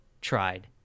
tried